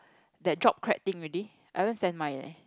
that drop crack thing already I haven't send mine leh